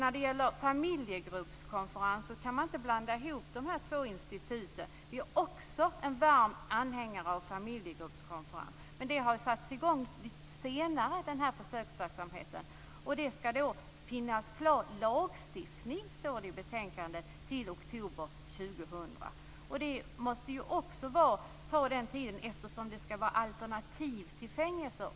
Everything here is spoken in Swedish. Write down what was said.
När det gäller familjegruppskonferens kan man inte blanda ihop dessa två institut. Jag är också en varm anhängare av familjegruppskonferens, men denna försöksverksamhet har kommit i gång senare, och det skall enligt betänkandet finnas en färdig lagstiftning i oktober 2000. Det måste få ta den tiden, eftersom familjegruppskonferens skall utgöra ett alternativ till fängelse.